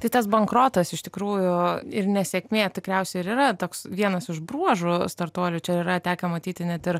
tai tas bankrotas iš tikrųjų ir nesėkmė tikriausiai ir yra toks vienas iš bruožų startuolių čia yra tekę matyti net ir